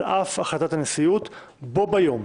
על אף החלטת הנשיאות בו ביום,